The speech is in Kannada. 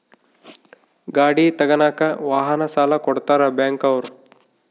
ಗಾಡಿ ತಗನಾಕ ವಾಹನ ಸಾಲ ಕೊಡ್ತಾರ ಬ್ಯಾಂಕ್ ಅವ್ರು